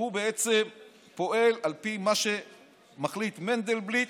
הוא בעצם פועל על פי מה שמחליט מנדלבליט